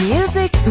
Music